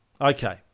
Okay